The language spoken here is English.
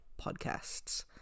podcasts